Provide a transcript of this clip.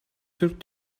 türk